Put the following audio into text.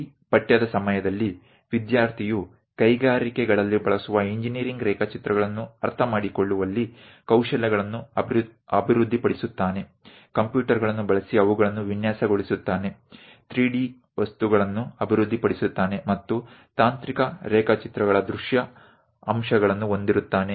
ಈ ಪಠ್ಯದ ಸಮಯದಲ್ಲಿ ವಿದ್ಯಾರ್ಥಿಯು ಕೈಗಾರಿಕೆಗಳಲ್ಲಿ ಬಳಸುವ ಇಂಜಿನೀರಿಂಗ್ ರೇಖಾಚಿತ್ರಗಳನ್ನು ಅರ್ಥಮಾಡಿಕೊಳ್ಳುವಲ್ಲಿ ಕೌಶಲ್ಯಗಳನ್ನು ಅಭಿವೃದ್ಧಿಪಡಿಸುತ್ತಾನೆ ಕಂಪ್ಯೂಟರ್ಗಳನ್ನು ಬಳಸಿ ಅವುಗಳನ್ನು ವಿನ್ಯಾಸಗೊಳಿಸುತ್ತಾನೆ 3D ವಸ್ತುಗಳನ್ನು ಅಭಿವೃದ್ಧಿಪಡಿಸುತ್ತಾನೆ ಮತ್ತು ತಾಂತ್ರಿಕ ರೇಖಾಚಿತ್ರಗಳ ದೃಶ್ಯ ಅಂಶಗಳನ್ನು ಹೊಂದಿರುತ್ತಾನೆ